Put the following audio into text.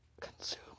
consume